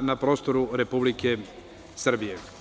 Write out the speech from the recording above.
na prostoru Republike Srbije.